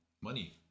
Money